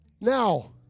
Now